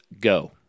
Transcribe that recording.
go